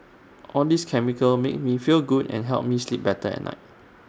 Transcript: all these chemicals make me feel good and help me sleep better at night